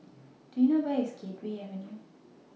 Do YOU know Where IS Gateway Avenue